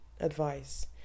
advice